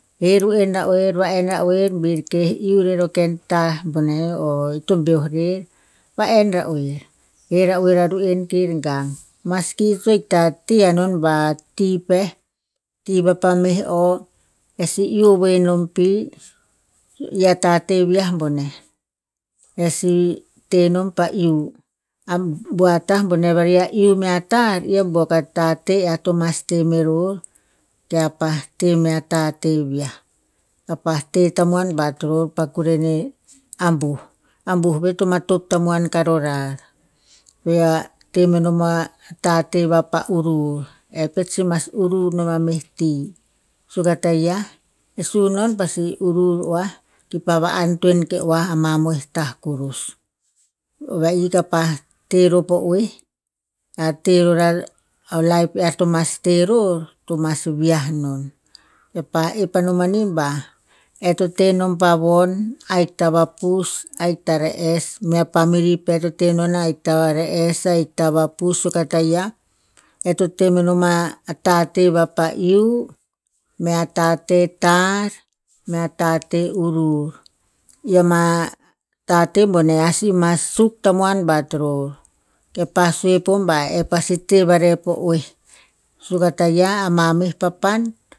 He ru'en ra oer va enn ra oer bir keh iuh rer o ken ta boneh ito beuh rer, va enn ra oer, he ra oer a ruen kir gang. Maski to ikta ti anon ba ti peh, ti vapa meh o, e sih iuh ovoe nom pi i a tateh viah boneh. E sih tenom pah iuh. A bua ta boneh vari a iuh mea tarr, i a buok a tateh ear to mas te meror, kear pa teh mea tateh viah. Ea pa teh batror pa kureneh ambuh, ambuh ve ta matop tamuan karo rar. Be ear temeror a tateh vapa u'rur, eh pet sih mas u'rur nom a meh ti. Suk a taia e sunon pasi u'rur oa kipa va antoen ke oa amamoi ta kurus. Va i ke pa teh ror po oeh, ear te ror a o life ear to mas tehror, to mas viah non. Eo pa ep o mani ba, e to teh nom pa von ahik ta vapus, ahik ta re'es mea family pe to tenon ahik ta vare'es, ahik ta vapus suk a taia, e to temenon a tateh vapa iuh mea tateh tarr mea tateh u'rur. I ama tateh boneh ea sih mas suk tamuan bat ror. Ke pa sue po ba e pasi teh va reh po oeh. Suk a taia ama meh papan.